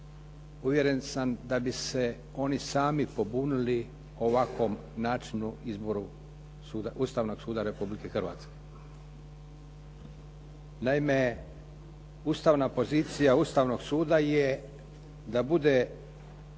uvjeren sam da bi se oni sami pobunili ovakvom načinu, izboru Ustavnog suda Republike Hrvatske. Naime, ustavna pozicija Ustavnog suda je da bude